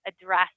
address